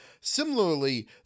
Similarly